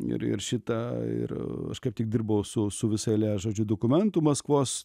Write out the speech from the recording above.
ir ir šita ir aš kaip tik dirbau su su visa eile žodžiu dokumentų maskvos